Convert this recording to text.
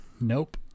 Nope